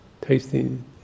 tasting